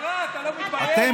בפגרה, בפגרה, אתה לא מתבייש?